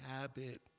habit